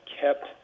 kept